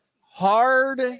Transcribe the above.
Hard